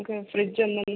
നമുക്ക് ഫ്രിഡ്ജ് എന്നാന്ന്